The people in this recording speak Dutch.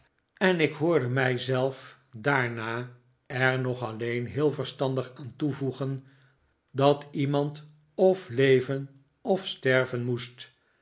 en ik hoorde mij zelf daarna er nog alleen heel verstandig aan toevoegen dat iemand of leven of sterven moest